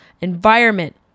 environment